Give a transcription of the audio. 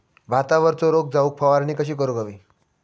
भातावरचो रोग जाऊक फवारणी कशी करूक हवी?